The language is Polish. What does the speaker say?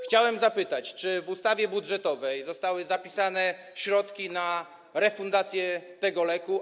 Chciałem zapytać: Czy w ustawie budżetowej zostały zapisane środki na refundację tego leku?